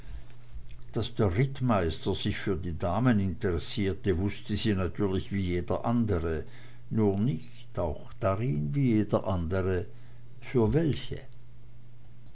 daß der rittmeister sich für die damen interessierte wußte sie natürlich wie jeder andre nur nicht auch darin wie jeder andre für welche